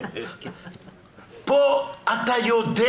פה אתה יודע.